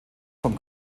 vom